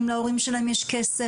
אם להורים שלהם יש כסף,